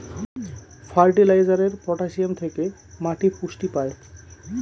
ফার্টিলাইজারে পটাসিয়াম থেকে মাটি পুষ্টি পায়